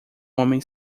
homem